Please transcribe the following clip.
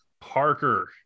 Parker